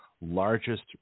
largest